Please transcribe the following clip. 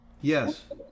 Yes